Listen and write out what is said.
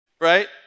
right